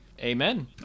Amen